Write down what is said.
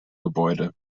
gebäude